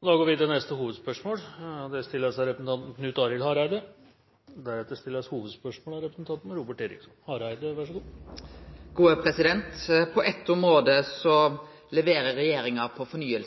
Da går vi til neste hovedspørsmål. På eitt område leverer regjeringa på fornying,